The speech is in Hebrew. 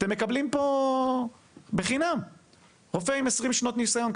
אתם מקבלים פה רופאים בחינם רופא עם 20 שנות ניסיון.